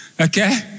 Okay